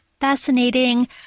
fascinating